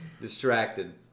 Distracted